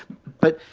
but,